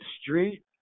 street